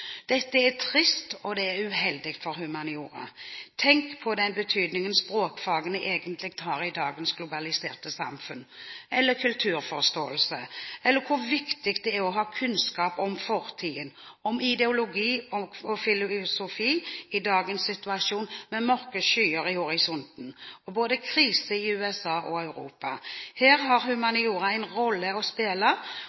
dagens globaliserte samfunn, eller kulturforståelse eller hvor viktig det er å ha kunnskap om fortiden, om ideologi og filosofi i dagens situasjon med mørke skyer i horisonten og krise både i USA og i Europa. Her har